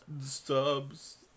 subs